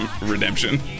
redemption